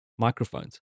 microphones